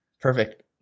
Perfect